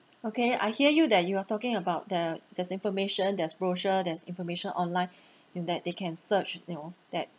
okay I hear you that you are talking about the there's information there's brochure there's information online you know that they can search you know that